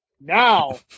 now